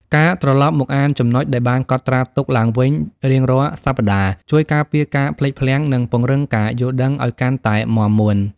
ការត្រឡប់មកអានចំណុចដែលបានកត់ត្រាទុកឡើងវិញរៀងរាល់សប្ដាហ៍ ជួយការពារការភ្លេចភ្លាំង និងពង្រឹងការយល់ដឹងឱ្យកាន់តែមាំមួន។